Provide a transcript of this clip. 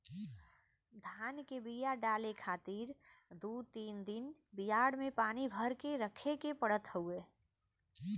धान के बिया डाले खातिर दू तीन दिन बियाड़ में पानी भर के रखे के पड़त हउवे